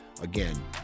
Again